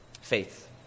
Faith